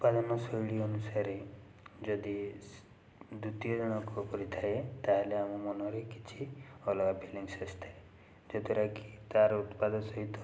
ଉତ୍ପାଦନ ଶୈଳୀ ଅନୁସାରେ ଯଦି ସେ ଦ୍ଵିତୀୟ ଜଣକ କରିଥାଏ ତାହେଲେ ଆମ ମନରେ କିଛି ଅଲଗା ଫିଲିଙ୍ଗସ୍ ଆସିଥାଏ ଯଦ୍ୱାରାକି ତା'ର ଉତ୍ପାଦ ସହିତ